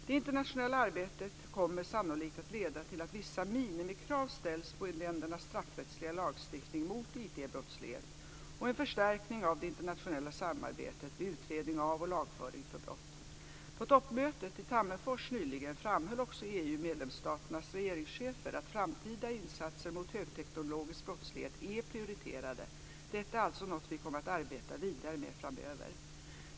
Det internationella arbetet kommer sannolikt att leda till att vissa minimikrav ställs på ländernas straffrättsliga lagstiftning mot IT-brottslighet och en förstärkning av det internationella samarbetet vid utredning av och lagföring för brott. På toppmötet i Tammerfors nyligen framhöll också EU-medlemsstaternas regeringschefer att framtida insatser mot högteknologisk brottslighet är prioriterade. Detta är alltså något vi kommer att arbeta vidare med framöver.